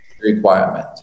requirement